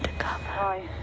hi